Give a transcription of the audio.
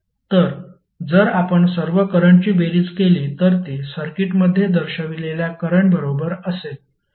तर जर आपण सर्व करंटची बेरीज केली तर ती सर्किटमध्ये दर्शविलेल्या करंट बरोबर असेल